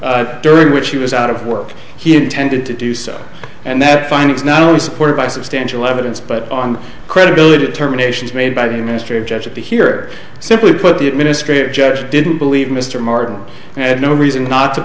s during which he was out of work he intended to do so and that find it's not only supported by substantial evidence but on the credibility determinations made by the ministry of judge of the here simply put the administrative judge didn't believe mr martin and i have no reason not to